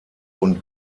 und